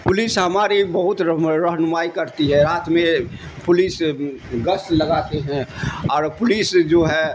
police ہماری بہت رہنمائی کرتی ہے رات میں پولیس گش لگاتے ہیں اور پولیس جو ہے